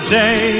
day